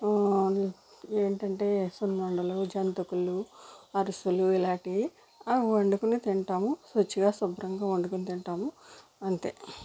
ఏంటి అంటే సున్నుండలు జంతుకులు అరిసెలు ఇలాంటివి వండుకోని తింటాము రుచిగా శుభ్రంగా వండుకోని తింటాము అంతే